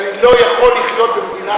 אולי אתה חושב את זה.